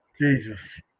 Jesus